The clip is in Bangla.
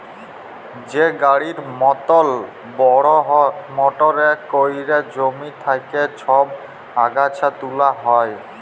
যে গাড়ির মতল বড়হ মটরে ক্যইরে জমি থ্যাইকে ছব আগাছা গুলা তুলা হ্যয়